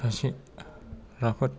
सासे राफोद